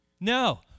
No